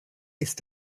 ist